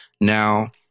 now